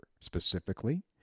specifically